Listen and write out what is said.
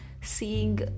seeing